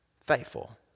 Faithful